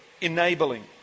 enabling